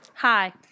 Hi